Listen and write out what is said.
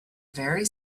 very